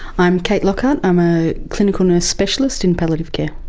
i'm kate lockhart, i am a clinical nurse specialist in palliative care.